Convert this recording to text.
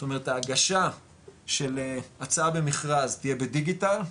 זאת אומרת ההגשה של הצעה במכרז תהיה בדיגיטל,